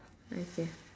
okay